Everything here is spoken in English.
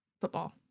football